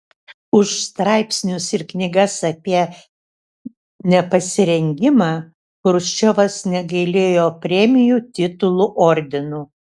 už straipsnius ir knygas apie nepasirengimą chruščiovas negailėjo premijų titulų ordinų